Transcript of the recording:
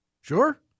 Sure